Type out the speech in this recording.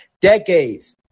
Decades